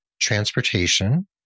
transportation